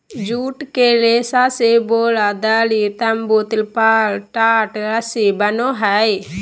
जुट के रेशा से बोरा, दरी, तम्बू, तिरपाल, टाट, रस्सी बनो हइ